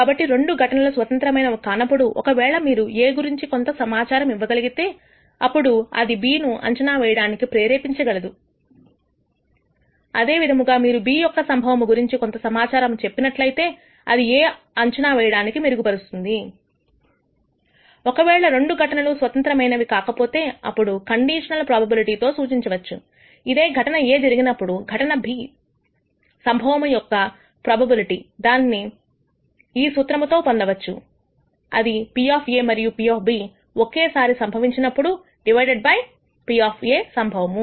కాబట్టి రెండు ఘటనలు స్వతంత్రం కానప్పుడు ఒకవేళ మీరు A గురించి కొంత సమాచారము ఇవ్వగలిగితే అప్పుడు అది B ను అంచనా వేయడానిని ప్రేరేపించే గలదు అదే విధముగా మీరు B యొక్క సంభవము గురించి కొంత సమాచారం చెప్పినట్లయితే అది A ను అంచనా వేయడానిని మెరుగుపరుస్తుంది ఒకవేళ రెండు ఘటనలు స్వతంత్రమైనవి కాకపోతే అప్పుడు కండిషనల్ ప్రొబబిలిటితో సూచించవచ్చు అదే ఘటన A జరిగినప్పుడు ఘటన B సంభవము యొక్క ప్రోబబిలిటీ దానిని ఈ సూత్రముతో పొందవచ్చు అది P మరియు P ఒకేసారి సంభవించినప్పుడు డివైడెడ్ బై P సంభవము